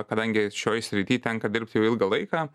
kadangi šioj srity tenka dirbt jau ilgą laiką